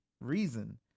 reason